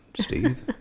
Steve